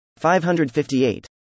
558